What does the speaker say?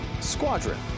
Squadron